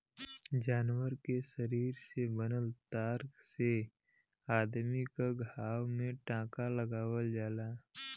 जानवर के शरीर से बनल तार से अदमी क घाव में टांका लगावल जाला